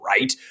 right